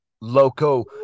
Loco